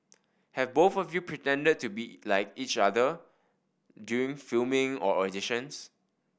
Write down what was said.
have both of you pretended to be like each other during filming or auditions